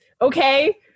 Okay